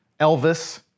Elvis